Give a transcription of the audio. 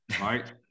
right